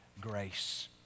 grace